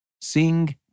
Sing